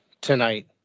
tonight